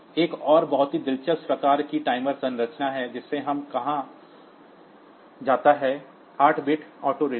एक और बहुत ही दिलचस्प प्रकार की टाइमर संरचना है जिसे हमें कहा जाता है 8 बिट ऑटो रीलोड